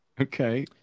okay